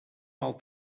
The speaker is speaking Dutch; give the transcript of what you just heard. maal